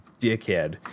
dickhead